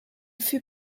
fut